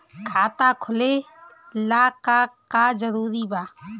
खाता खोले ला का का जरूरी बा?